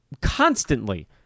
constantly